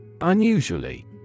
Unusually